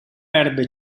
erbe